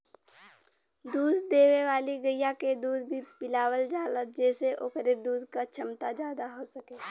दूध देवे वाली गइया के दूध भी पिलावल जाला जेसे ओकरे दूध क छमता जादा हो सके